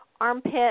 Armpit